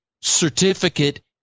certificate